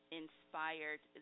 inspired